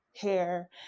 hair